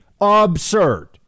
Absurd